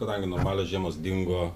kadangi normalios žiemos dingo